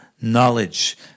knowledge